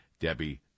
Debbie